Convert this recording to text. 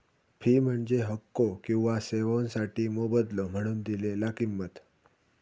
fee म्हणजे हक्को किंवा सेवोंसाठी मोबदलो म्हणून दिलेला किंमत